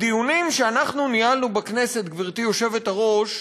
בדיונים שאנחנו ניהלנו בכנסת, גברתי היושבת-ראש,